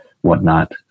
whatnot